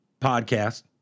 podcast